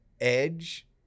edge